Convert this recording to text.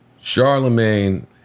Charlemagne